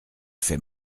fait